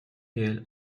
réel